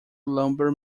lumber